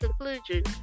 conclusion